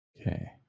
Okay